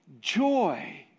joy